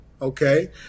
Okay